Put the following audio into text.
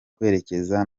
kwerekeza